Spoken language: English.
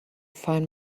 find